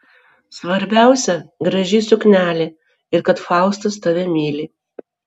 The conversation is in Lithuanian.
svarbiausia graži suknelė ir kad faustas tave myli